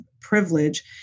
privilege